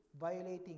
violating